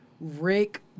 Rick